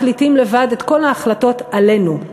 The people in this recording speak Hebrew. מחליטים לבד את כל ההחלטות עלינו.